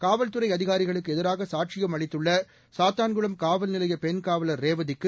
காவல்துறை அதிகாரிகளுக்கு எதிராக சாட்சியம் அளித்துள்ள சாத்தான்குளம் காவல்நிலைய பெண்காவலர் ரேவதிக்கு